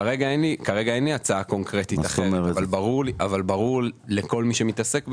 כרגע אין לי הצעה קונקרטית אבל ברור לי אבל ברור לכל מי שמתעסק בזה,